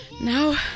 now